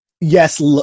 yes